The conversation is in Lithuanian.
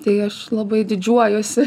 tai aš labai didžiuojuosi